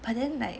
but then like